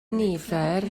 nifer